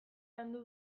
landu